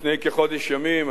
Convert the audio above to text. לפני כחודש ימים.